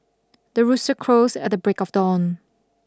the rooster crows at the break of dawn